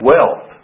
Wealth